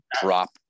drop